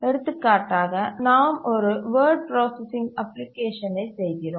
எடுத்துக்காட்டாக நாம் ஒரு வேர்ட் ப்ராசசிங் அப்ளிகேஷனை செய்கிறோம்